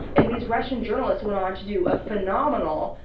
and these russian journalists went on to do a phenomenal,